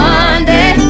Monday